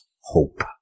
hope